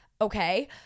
okay